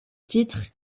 titre